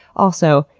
also,